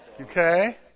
Okay